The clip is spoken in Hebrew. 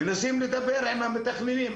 מנסים לדבר עם המתכננים,